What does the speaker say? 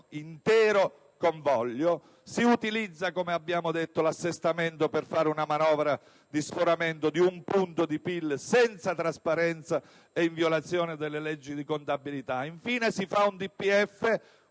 sottolineato, si utilizza l'assestamento per fare una manovra di sforamento di un punto di PIL, senza trasparenza e in violazione delle leggi di contabilità. Infine, si fa un DPEF,